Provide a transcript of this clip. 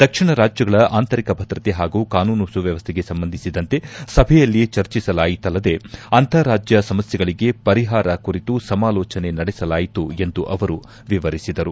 ದಕ್ಷಿಣ ರಾಜ್ಯಗಳ ಆಂತರಿಕ ಭದ್ರತೆ ಹಾಗೂ ಕಾನೂನು ಸುವ್ಯವಸ್ಥೆಗೆ ಸಂಬಂಧಿಸಿದಂತೆ ಸಭೆಯಲ್ಲಿ ಚರ್ಚಿಸಲಾಯಿತಲ್ಲದೆ ಅಂತಾರಾಜ್ಞ ಸಮಸ್ಲೆಗಳಿಗೆ ಪರಿಹಾರ ಕುರಿತೂ ಸಮಾಲೋಚನೆ ನಡೆಸಲಾಯಿತು ಎಂದು ಅವರು ವಿವರಿಸಿದರು